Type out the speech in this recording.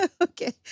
Okay